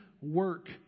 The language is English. work